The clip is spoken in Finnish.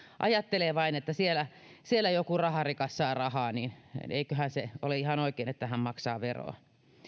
ajattelee vain että siellä siellä joku raharikas saa rahaa niin että eiköhän se ole ihan oikein että hän maksaa veroa